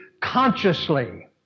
consciously